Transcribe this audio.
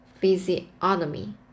physiognomy